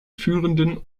führenden